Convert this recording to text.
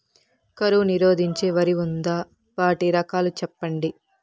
కరువు నిరోధించే వరి ఉందా? వాటి రకాలు చెప్పండి?